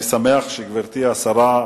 ואני שמח שגברתי השרה,